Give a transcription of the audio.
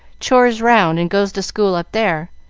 chores round, and goes to school up there.